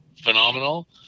phenomenal